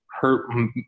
hurt